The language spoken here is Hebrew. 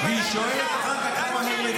והיא שואלת אחר כך למה מעירים לה.